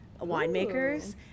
winemakers